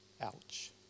Ouch